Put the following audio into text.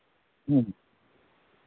ᱦᱩᱸ